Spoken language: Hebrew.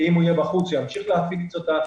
כי אם הוא יהיה בחוץ הוא ימשיך להפיץ אותה,